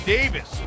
Davis